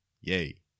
Yay